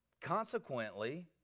Consequently